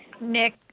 Nick